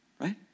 right